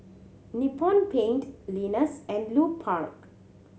Nippon Paint Lenas and Lupark